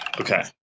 Okay